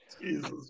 Jesus